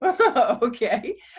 Okay